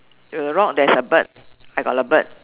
you rock there's a bird I got a bird